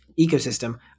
ecosystem